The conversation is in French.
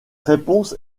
réponse